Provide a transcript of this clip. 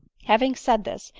having said this,